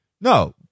no